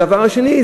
הדבר השני,